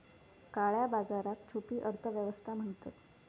काळया बाजाराक छुपी अर्थ व्यवस्था म्हणतत